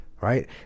right